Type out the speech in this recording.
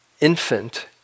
infant